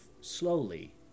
slowly